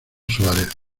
suárez